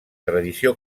tradició